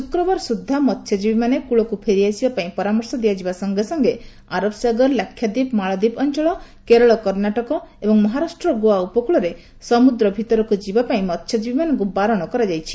ଶୁକ୍ରବାର ସୁଦ୍ଧା ମହ୍ୟଜୀବୀମାନେ କ୍ୱଳକୁ ଫେରିଆସିବାପାଇଁ ପରାମର୍ଶ ଦିଆଯିବା ସଙ୍ଗେ ସଙ୍ଗେ ଆରବ ସାଗର ଲାକ୍ଷାଦ୍ୱୀପ ମାଳଦ୍ୱୀପ ଅଞ୍ଚଳ କେରଳ କର୍ଷାଟକ ଏବଂ ମହାରାଷ୍ଟ୍ର ଗୋଆ ଉପକୂଳରେ ସମୁଦ୍ର ଭିତରକୁ ଯିବାପାଇଁ ମହ୍ୟଜୀବୀମାନଙ୍କୁ ବାରଣ କରାଯାଇଛି